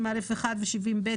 70א1 ו-70ב,